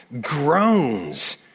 groans